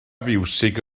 fiwsig